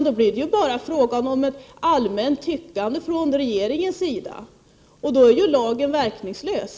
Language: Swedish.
Då blir det ju bara frågan om ett allmänt tyckande från regeringens sida, och då är lagen verkningslös.